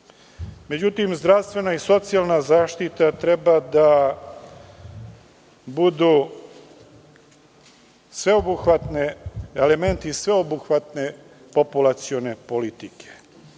računa.Međutim, zdravstvena i socijalna zaštita treba da budu elementi sveobuhvatne populacione politike.O